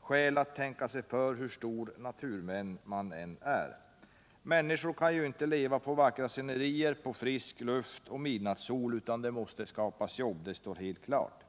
skäl att tänka sig för, hur stor naturvän man än är. Människor kan inte leva på vackra scenerier, på frisk luft och midnattssol, utan det måste skapas jobb. Det står helt klart.